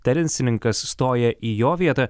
tenisininkas stoja į jo vietą